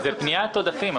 זו פניית עודפים.